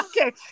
okay